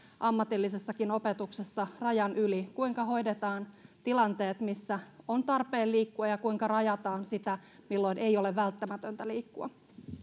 ammatillisessakin opetuksessa rajan yli kuinka hoidetaan tilanteet missä on tarpeen liikkua ja kuinka rajataan sitä milloin ei ole välttämätöntä liikkua